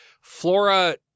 Flora